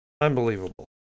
Unbelievable